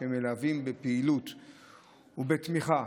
שהם מלווים בפעילות ובתמיכה,